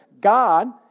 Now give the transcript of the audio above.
God